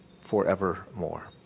forevermore